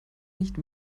nicht